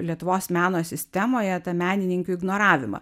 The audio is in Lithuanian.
lietuvos meno sistemoje tą menininkių ignoravimą